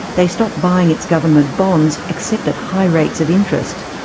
they stop buying its government bonds, except at high rates of interest.